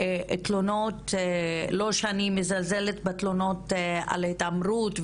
לא שאני מזלזלת בתלונות על התעמרות,